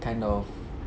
kind of